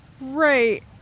Right